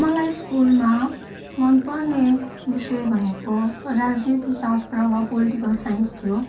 मलाई स्कुलमा मन पर्ने विषय भनेको राजनीति शास्त्र वा पोलिटिकल साइन्स थियो